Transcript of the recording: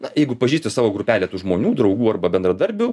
na jeigu pažįsti savo grupelę tų žmonių draugų arba bendradarbių